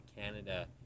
Canada